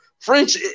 French